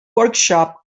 workshop